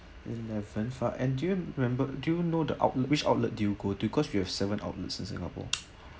eleven five and do you remember do you know the outlet which outlet do you go to cause you have seven outlets in singapore